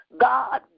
God